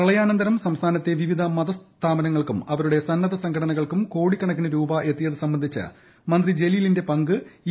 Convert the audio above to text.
പ്രളയാനന്തരം സംസ്ഥാനത്തെ വിവിധ മതസ്ഥാപനങ്ങൾക്കും അവരുടെ സന്നദ്ധ സംഘടനകൾക്കും കോടിക്കണക്കിന് രൂപ എത്തിയത് സംബന്ധിച്ച് മന്ത്രി ജലീലിന്റെ പങ്ക് ഇ